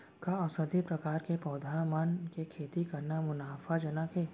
का औषधीय प्रकार के पौधा मन के खेती करना मुनाफाजनक हे?